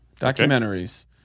Documentaries